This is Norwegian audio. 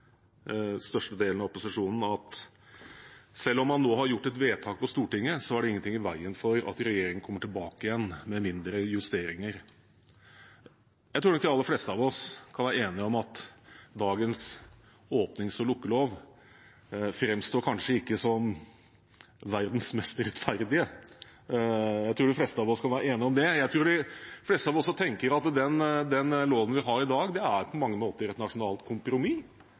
av opposisjonen, at selv om man nå har gjort et vedtak i Stortinget, er det ingenting i veien for at regjeringen kommer tilbake igjen med mindre justeringer. Jeg tror nok de aller fleste av oss kan være enige om at dagens åpnings- og lukkelov kanskje ikke framstår som verdens mest rettferdige. Jeg tror de fleste av oss kan være enige om det. Jeg tror de fleste av oss også tenker at den loven vi har i dag, på mange måter er et nasjonalt kompromiss,